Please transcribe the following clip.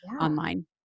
online